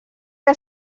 que